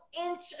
inch